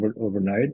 overnight